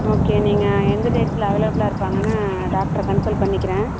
okay நீங்கள் எந்த டேட்டில் அவைலபிலாக இருப்பாங்கன்னு டாக்டரை கன்சல் பண்ணிக்கிறேன்